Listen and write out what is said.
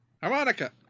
harmonica